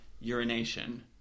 urination